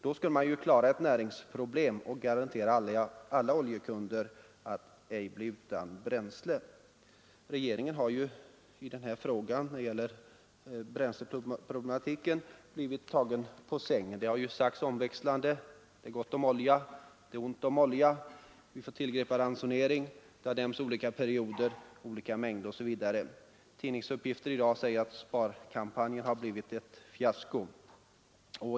Då skulle man klara ett näringsproblem och garantera alla oljekunder att ej bli utan bränsle. Regeringen har ju när det gäller bränsleproblematiken blivit tagen på sängen. Det har sagts omväxlande att det är gott om olja, att det är ont om olja, att vi får tillgripa ransonering. Det har nämnts olika perioder, olika mängder osv. Tidningsuppgifterna i dag säger att sparkampanjen har blivit ett fiasko.